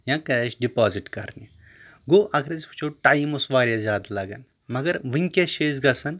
یا cash deposit کَرنہِ گوٚو اگر أسۍ وٕچھو ٹایِم اوس واریاہ زیادٕ لَگَان مگر وٕنٛکٮ۪س چھِ أسۍ گژھان